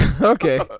Okay